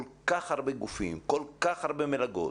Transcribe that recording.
כל כך הרבה גופים, כל כך הרבה מלגות,